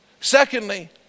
Secondly